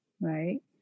right